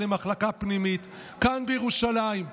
למחלקה פנימית כאן בירושלים.